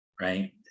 Right